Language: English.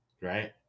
right